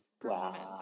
performance